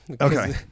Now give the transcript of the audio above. okay